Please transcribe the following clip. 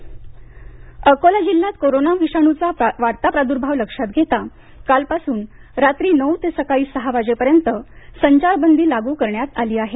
अकोला जमावबंदी अकोला जिल्ह्यात कोरोना विषाणूचा वाढता प्रादुर्भाव लक्षात घेता काल पासून रात्री नऊ ते सकाळी सहा वाजेपर्यंत संचारबंदी लागू करण्यात आली आहे